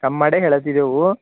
come ಮಾಡೆ ಹೇಳತಿದೇವೂ